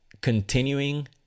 continuing